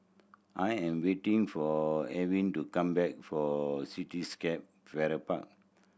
I am waiting for Evan to come back for Cityscape Farrer Park